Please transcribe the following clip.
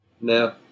No